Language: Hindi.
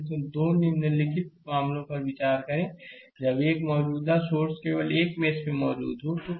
तो 2 निम्नलिखित मामलों पर विचार करें जब एक मौजूदा सोर्स केवल एक मेष में मौजूद हो यह फिगर है